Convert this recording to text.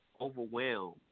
Overwhelmed